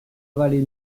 valait